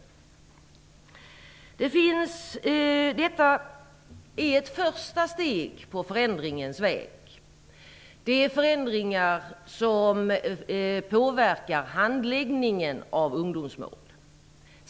Detta är ett första steg på förändringens väg. Det rör sig om förändringar som påverkar handläggningen av ungdomsmål.